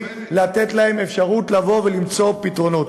לתת להם אפשרות לבוא ולמצוא פתרונות.